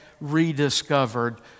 rediscovered